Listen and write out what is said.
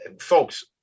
folks